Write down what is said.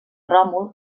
ròmul